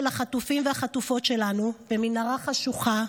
החטופים והחטופות שלנו במנהרה חשוכה,